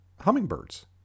hummingbirds